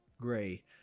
gray